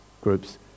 groups